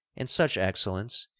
and such excellence,